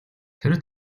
тэр